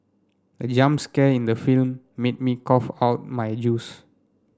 the jump scare in the film made me cough out my juice